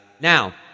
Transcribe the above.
Now